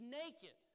naked